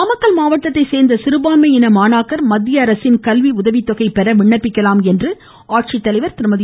நாமக்கல் மாவட்டத்தை சோ்ந்த சிறுபான்மையின மாணாக்கர் மத்திய அரசின் கல்வி உதவிதொகை பெற விண்ணப்பிக்கலாம் என மாவட்ட ஆட்சித்தலைவா திருமதி மு